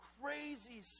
crazy